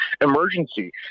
emergency